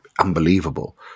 unbelievable